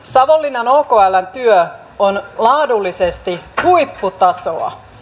savonlinnan okln työ on laadullisesti huipputasoa